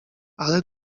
ale